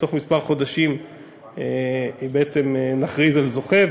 בתוך כמה חודשים נכריז על זוכה,